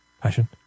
Passion